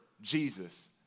Jesus